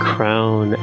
Crown